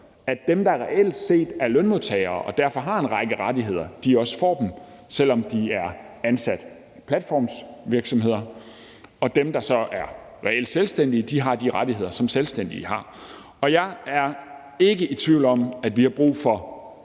at dem, der reelt set er lønmodtagere og derfor har en række rettigheder, også får dem, selv om de er ansat i platformsvirksomheder, og at dem, der reelt er selvstændige, har de rettigheder, som selvstændige har. Jeg er ikke i tvivl om, at vi har brug for